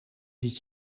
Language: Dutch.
dit